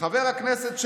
"חבר הכנסת,